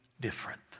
different